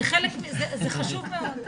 זה חשוב מאוד.